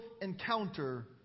encounter